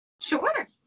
Sure